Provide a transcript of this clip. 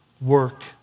work